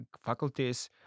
faculties